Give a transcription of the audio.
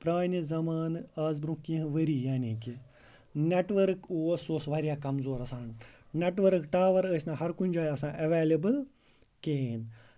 پرانہِ زمانہٕ آز پرونہہ کیٚنٛہہ ؤری یعنی کہِ نیٹؤرٕک اوس سُہ اوس واریاہ کَمزور آسان نیٹؤرٕک ٹاور ٲسۍ نہٕ ہر کُنہِ جایہِ ایویلیبٔل کِہینۍ